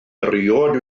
erioed